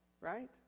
right